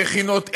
המכינות,